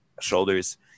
shoulders